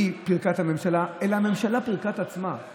פירקה את הממשלה, אלא הממשלה פירקה את עצמה.